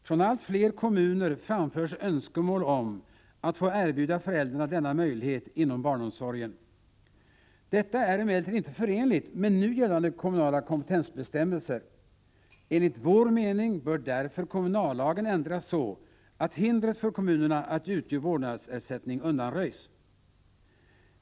Från allt fler kommuner framförs önskemål om att få erbjuda föräldrarna denna möjlighet inom barnomsorgen. Detta är emellertid inte förenligt med nu gällande kommunala kompetensbestämmelser. Enligt vår mening bör därför kommunallagen ändras så, att hindret för kommunerna att utge vårdnadsersättning undanröjs.